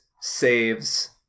saves